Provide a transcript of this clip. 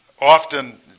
Often